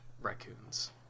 raccoons